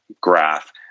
graph